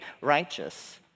righteous